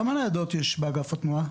כמה ניידות יש באגף התנועה?